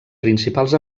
principals